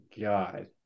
God